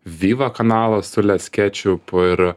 viva kanalas su les kečiupu ir